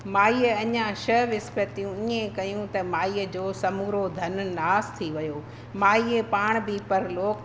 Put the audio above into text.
माईअ अञा छह विसपतियूं ईअं ई कयूं त माईअ जो समूरो धन नास थी वियो माईअ पाण बि परलोकु